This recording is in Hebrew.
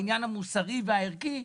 בעניין המוסרי והערכי,